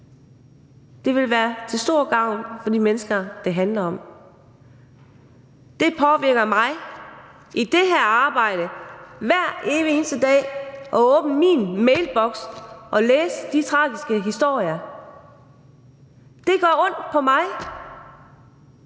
Det ville være til stor gavn for de mennesker, det handler om. Det påvirker mig i det her arbejde hver evig eneste dag at åbne min mailboks og læse de tragiske historier. Det gør ondt på mig